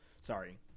Sorry